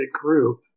group